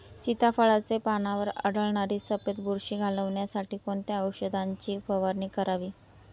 सीताफळाचे पानांवर आढळणारी सफेद बुरशी घालवण्यासाठी कोणत्या औषधांची फवारणी करावी?